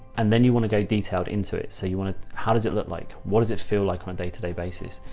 and then you want to go detailed into it. so you want to, how does it look like what does it feel like on a day-to-day basis?